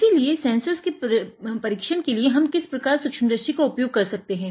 इसीलिए सेन्सर्स के परिक्षण के लिए हम किस प्रकार सूक्ष्मदर्शी का उपयोग कर सकते हैं